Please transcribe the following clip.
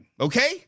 Okay